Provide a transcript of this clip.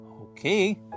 Okay